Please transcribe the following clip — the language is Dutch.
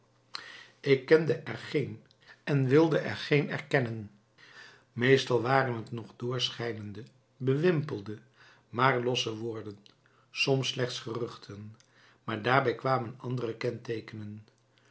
ik kende er geen en wilde er geen erkennen meestal waren t nog doorschijnende bewimpelde maar losse woorden soms slechts geruchten maar daarbij kwamen andere